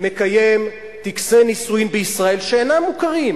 מקיים טקסי נישואין בישראל שאינם מוכרים,